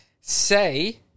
Say